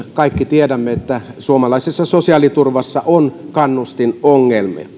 kaikki tiedämme että suomalaisessa sosiaaliturvassa on kannustinongelma